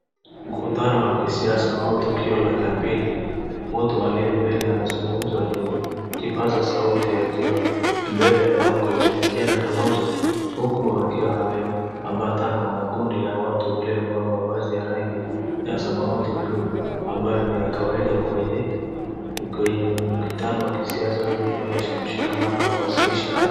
Mkutano wakisiasa au tukio la campaign . Mtu aliye mbele anazungumza kwenye kipaza sauti akiwa mbele ya bango lenye jina 'Kalonzo'. Huku akiwa ameambatana na kundi la watu waliovaa mavazi ya rangi ya samawati, blue , ambayo ni kawaida kwenye kwenye mkutano wa kisiasa ili kuonyesha kushikamana au kuwasilisha